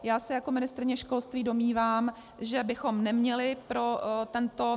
Já se jako ministryně školství domnívám, že bychom neměli pro tento...